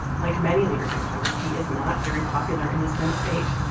like many leaders in congress, he is not very popular in his home state.